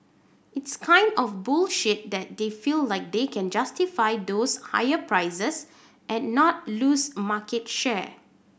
it's kind of bullish that they feel like they can justify those higher prices and not lose market share